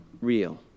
Real